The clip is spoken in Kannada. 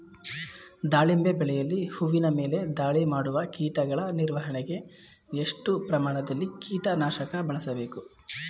ದಾಳಿಂಬೆ ಬೆಳೆಯಲ್ಲಿ ಹೂವಿನ ಮೇಲೆ ದಾಳಿ ಮಾಡುವ ಕೀಟಗಳ ನಿರ್ವಹಣೆಗೆ, ಎಷ್ಟು ಪ್ರಮಾಣದಲ್ಲಿ ಕೀಟ ನಾಶಕ ಬಳಸಬೇಕು?